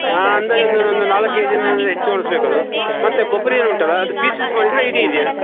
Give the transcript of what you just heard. ಹಾಂ ಅಂದಾಜು ಒಂದು ಒಂದು ನಾಲ್ಕು ಐದು ದಿನ ಹೆಚ್ಚು ಒಣ್ಸ್ಬೇಕು ಅದು ಮತ್ತೆ ಕೊಬ್ಬರಿ ಎಲ್ಲ ಉಂಟಲ್ಲ ಅದು ಪೀಸ್ ಪೀಸ್ ಮಾಡಿದ್ರಾ ಇಡಿ ಇದೆಯಾ